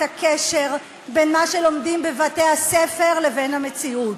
הקשר בין מה שלומדים בבתי-הספר לבין המציאות.